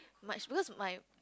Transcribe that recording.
much because my